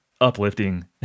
uplifting